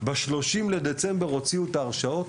ב-30 בדצמבר הוציאו הרשאות